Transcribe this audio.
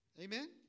Amen